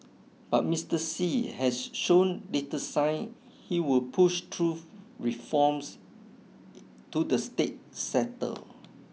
but Mister Xi has shown little sign he will push through reforms to the state sector